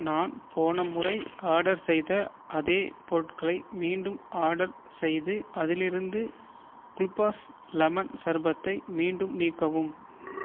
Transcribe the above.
நான் போன முறை ஆர்டர் செய்த அதே பொருட்களை மீண்டும் ஆர்டர் செய்து அதிலிருந்து குல்பாஸ் லெமன் சர்பத்தை மீண்டும் நீக்கவும்